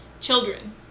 children